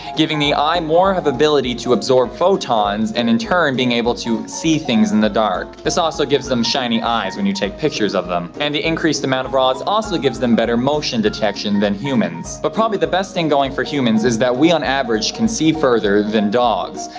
giving the eye more of an ability to absorb photons, and in turn, being able to see things in the dark. this also gives them shiny eyes when you take pictures of them. and the increased amount of rods also gives them better motion detection than humans. but probably the best thing going for humans, is that we, on average, can see further than dogs.